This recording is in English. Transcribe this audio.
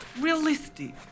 realistic